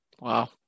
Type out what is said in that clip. Wow